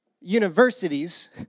universities